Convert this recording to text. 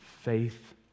faith